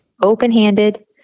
open-handed